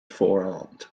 forearmed